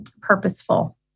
purposeful